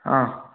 ಹಾಂ